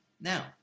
Now